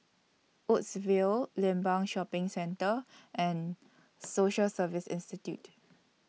Woodsville Limbang Shopping Centre and Social Service Institute